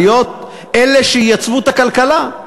להיות אלה שייצבו את הכלכלה.